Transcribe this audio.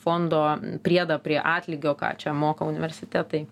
fondo priedą prie atlygio ką čia moka universitetai